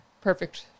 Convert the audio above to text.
Perfect